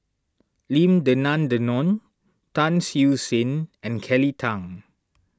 Lim Denan Denon Tan Siew Sin and Kelly Tang